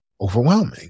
overwhelming